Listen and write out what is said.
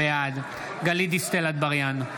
בעד גלית דיסטל אטבריאן,